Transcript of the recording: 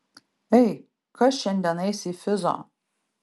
ei kas šiandien eis į fizo